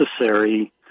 necessary